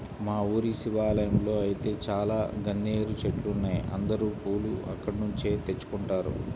మా ఊరి శివాలయంలో ఐతే చాలా గన్నేరు చెట్లున్నాయ్, అందరూ పూలు అక్కడ్నుంచే తెచ్చుకుంటారు